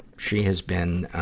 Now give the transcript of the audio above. she has been, ah,